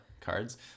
cards